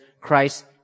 Christ